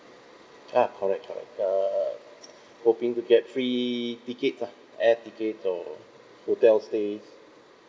ah correct correct err hoping to get free tickets ah air ticket or hotel stays